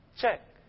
Check